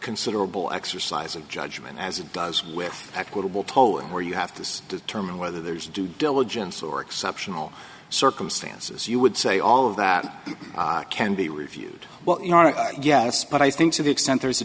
considerable exercise of judgment as it does with equitable tolling where you have to determine whether there's due diligence or exceptional circumstances you would say all of that can be reviewed well yes but i think to the extent there's a